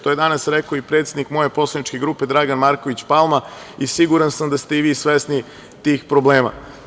To je danas rekao i predsednik moje poslaničke grupe Dragan Marković Palma, i siguran sam da ste i vi svesni tih problema.